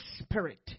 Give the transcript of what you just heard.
spirit